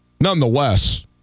Nonetheless